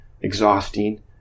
exhausting